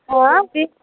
آ